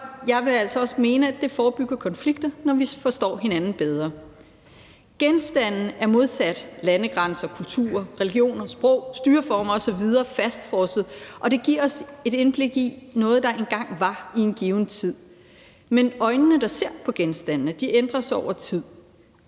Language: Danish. jeg vil altså også mene, at det forebygger konflikter, når vi forstår hinanden bedre. Genstande er modsat landegrænser, kulturer, religioner, sprog, styreformer osv. fastfrosset, og det giver os et indblik i noget, der engang var i en given tid. Men øjnene, der ser på genstandene, ændrer sig over tid.